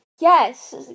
Yes